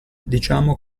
diciamo